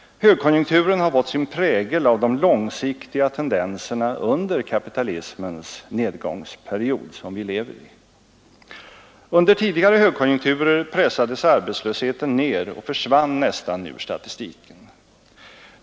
Högkonjunkturen har fått sin prägel av de långsiktiga tendenserna under kapitalismens nedgångsperiod, som vi lever under. Under tidigare högkonjunkturer pressades arbetslösheten ner och försvann nästan ur statistiken.